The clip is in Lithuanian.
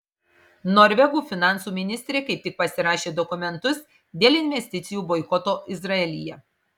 norvegų finansų ministrė kaip tik pasirašė dokumentus dėl investicijų boikoto izraelyje